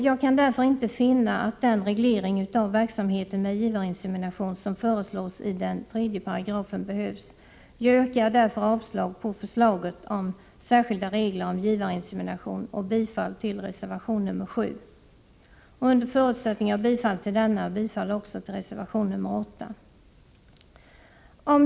Jag kan därför inte finna att den reglering av verksamheten med givarinsemination som föreslås i 3 § behövs. Jag yrkar därför avslag på förslaget om särskilda regler om givarinsemination och bifall till reservation nr 7. Under förutsättning av bifall till denna yrkar jag också bifall till reservation nr 8.